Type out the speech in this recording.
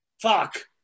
Fuck